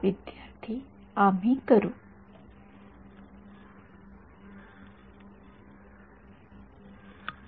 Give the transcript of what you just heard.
विद्यार्थीः संदर्भ वेळ १६२३